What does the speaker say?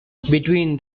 between